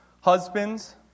Husbands